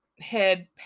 head